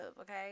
Okay